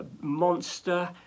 monster